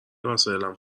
وسایلم